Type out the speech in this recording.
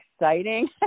exciting